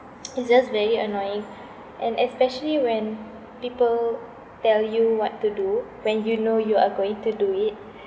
it's just very annoying and especially when people tell you what to do when you know you are going to do it